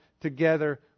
together